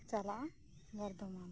ᱪᱟᱞᱟᱜᱼᱟ ᱵᱚᱨᱫᱷᱚᱢᱟᱱ